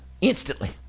instantly